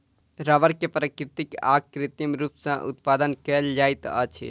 रबड़ के प्राकृतिक आ कृत्रिम रूप सॅ उत्पादन कयल जाइत अछि